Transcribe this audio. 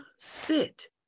Sit